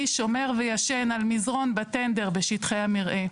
שומר וישן על מזרון בטנדר בשטחי המרעה.